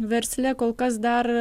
versle kol kas dar